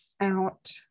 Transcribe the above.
Out